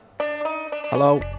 Hello